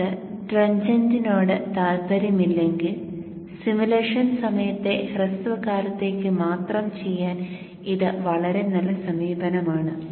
നിങ്ങൾക്ക് ട്രെഞ്ചന്റിനോട് താൽപ്പര്യമില്ലെങ്കിൽ സിമുലേഷൻ സമയത്തെ ഹ്രസ്വകാലത്തേക്ക് മാത്രം ചെയ്യാൻ ഇത് വളരെ നല്ല സമീപനമാണ്